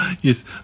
Yes